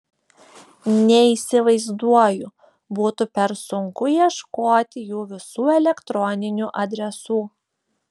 neįsivaizduoju būtų per sunku ieškoti jų visų elektroninių adresų